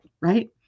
right